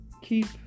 keep